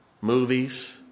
movies